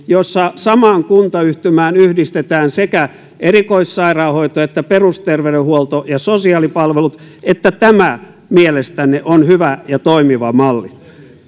ja joissa samaan kuntayhtymään yhdistetään sekä erikoissairaanhoito että perusterveydenhuolto ja sosiaalipalvelut on mielestänne hyvä ja toimiva malli